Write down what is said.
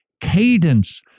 cadence